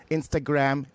Instagram